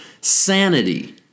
sanity